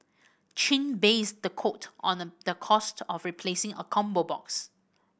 Chin based the quote on the cost of replacing a combo box